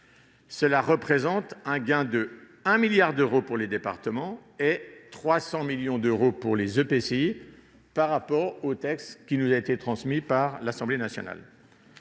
Cela représente un gain de 1 milliard d'euros pour les départements et de 300 millions d'euros pour les EPCI, par rapport au texte qui nous a été transmis par l'Assemblée nationale.